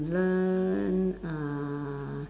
learn uh